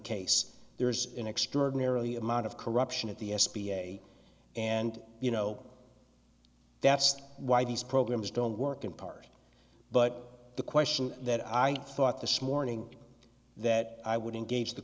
case there's an extraordinarily amount of corruption at the s b a and you know that's why these programs don't work in part but the question that i thought the smarting that i would engage t